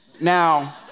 Now